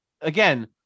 again